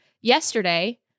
yesterday